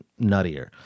nuttier